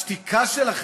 השתיקה שלכם,